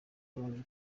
bamaze